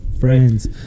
friends